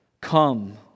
come